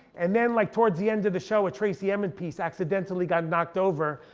and then like towards the end of the show a tracey emin piece accidentally got knocked over.